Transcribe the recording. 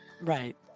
Right